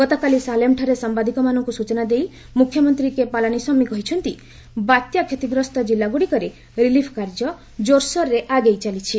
ଗତକାଲି ସାଲେମ୍ଠାରେ ସାମ୍ବାଦିକମାନଙ୍କୁ ସୂଚନା ଦେଇ ମୁଖ୍ୟମନ୍ତ୍ରୀ କେ ପାଲାନୀସ୍ୱାମୀ କହିଛନ୍ତି ବାତ୍ୟା କ୍ଷତିଗ୍ରସ୍ତ କିଲ୍ଲାଗୁଡ଼ିକରେ ରିଲିଫ୍ କାର୍ଯ୍ୟ କୋର୍ସୋର୍ରେ ଆଗେଇ ଚାଲିଛି